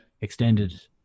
extended